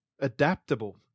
adaptable